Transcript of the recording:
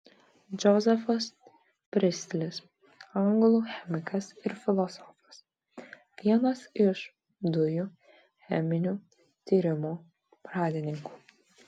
džozefas pristlis anglų chemikas ir filosofas vienas iš dujų cheminių tyrimų pradininkų